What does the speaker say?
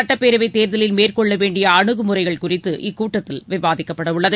சட்டப்பேரவை தேர்தலில் மேற்கொள்ள வேண்டிய அனுகுமுறைகள் குறித்து இக்கூட்டத்தில் விவாதிக்கப்படவுள்ளது